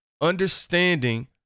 understanding